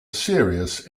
serious